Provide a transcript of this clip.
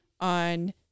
on